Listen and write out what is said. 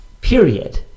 period